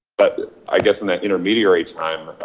but i guess in the intermediary time,